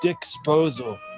disposal